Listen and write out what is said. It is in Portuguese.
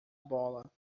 bola